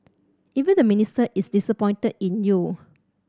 even the Minister is disappointed in you